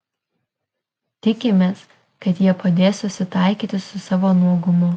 tikimės kad jie padės susitaikyti su savo nuogumu